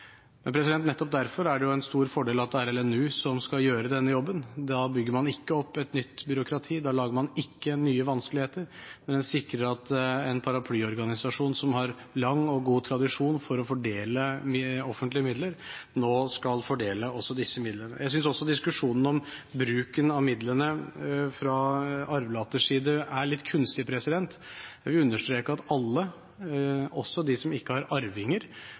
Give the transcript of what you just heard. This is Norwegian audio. Nettopp derfor er det en stor fordel at det er LNU som skal gjøre denne jobben. Da bygger man ikke opp et nytt byråkrati. Da lager man ikke nye vanskeligheter, men sikrer at en paraplyorganisasjon som har lang og god tradisjon med å fordele offentlige midler, skal fordele også disse midlene. Jeg synes også diskusjonen om bruken av midlene fra arvelaters side er litt kunstig. Jeg vil understreke at alle, også de som ikke har arvinger,